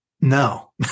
no